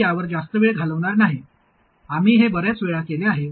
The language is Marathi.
मी यावर जास्त वेळ घालवणार नाही आम्ही हे बर्याच वेळा केले आहे